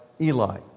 Eli